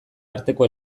arteko